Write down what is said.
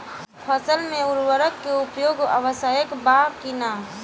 फसल में उर्वरक के उपयोग आवश्यक बा कि न?